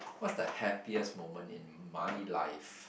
what's the happiest moment in my life